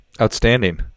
Outstanding